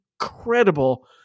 incredible